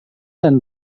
dan